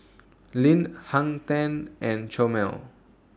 Lindt Hang ten and Chomel